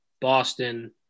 Boston